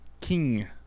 king